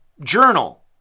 journal